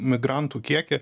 migrantų kiekį